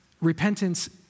repentance